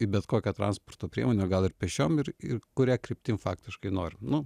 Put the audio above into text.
į bet kokią transporto priemonę gal ir pėsčiom ir ir kuria kryptim faktiškai nori nu